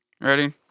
Ready